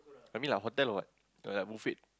I mean like hotel or what or like buffet